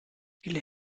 viele